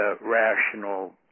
rational